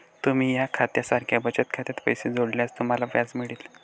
तुम्ही या खात्या सारख्या बचत खात्यात पैसे जोडल्यास तुम्हाला व्याज मिळेल